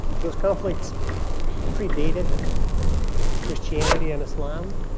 those conflicts predated christianity and islam,